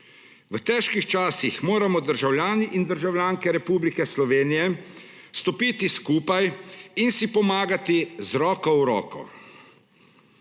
V težkih časih moramo državljani in državljanke Republike Slovenije stopiti skupaj in si pomagati z roko v roki.